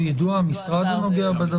השר.